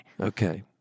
Okay